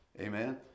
Amen